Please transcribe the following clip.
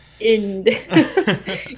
end